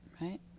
right